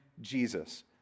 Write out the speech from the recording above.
Jesus